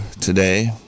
today